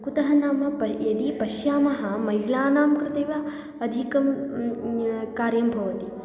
कुतः नाम प यदि पश्यामः महिलानां कृते एव अधिकं कार्यं भवति